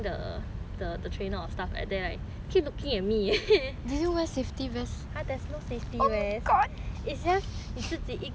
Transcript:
keep looking at me you safety eh !huh! there's no safety vest it's just 你自己一个人 then you just jumped down from there